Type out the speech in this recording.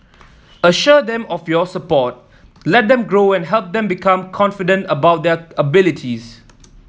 assure them of your support let them grow and help them become confident about their abilities